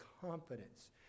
confidence